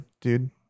dude